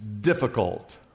difficult